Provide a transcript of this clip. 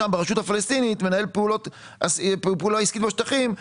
בידי הרשות הפלסטינית ומנהל פעילות עסקית בשטחים,